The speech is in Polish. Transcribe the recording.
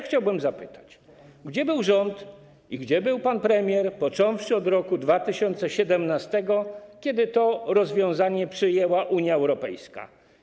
Chciałbym zapytać, gdzie był rząd, gdzie był pan premier począwszy od 2017 r., kiedy to rozwiązanie przyjęła Unia Europejska.